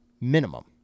minimum